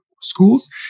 schools